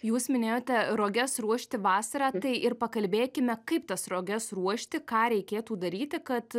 jūs minėjote roges ruošti vasarą tai ir pakalbėkime kaip tas roges ruošti ką reikėtų daryti kad